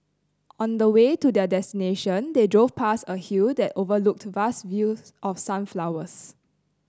on the way to their destination they drove past a hill that overlooked vast fields of sunflowers